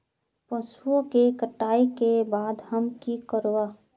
पशुओं के कटाई के बाद हम की करवा?